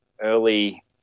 early